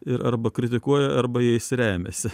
ir arba kritikuoja arba jais remiasi